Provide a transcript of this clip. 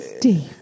deep